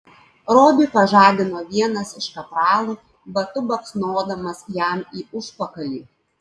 robį pažadino vienas iš kapralų batu baksnodamas jam į užpakalį